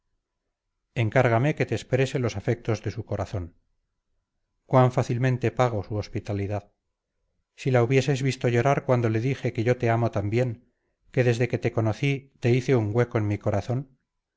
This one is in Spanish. compañía encárgame que te exprese los afectos de su corazón cuán fácilmente pago su hospitalidad si la hubieses visto llorar cuando le dije que yo te amo también que desde que te conocí te hice un hueco en mi corazón